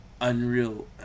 unreal